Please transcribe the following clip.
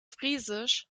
friesisch